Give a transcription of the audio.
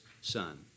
son